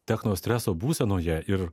technostreso būsenoje ir